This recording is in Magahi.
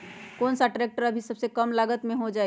कौन सा ट्रैक्टर अभी सबसे कम लागत में हो जाइ?